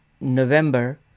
November